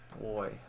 Boy